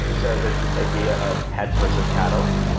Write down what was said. so there's this idea of herds versus cattle.